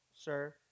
sir